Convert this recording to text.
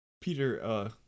Peter